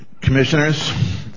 Commissioners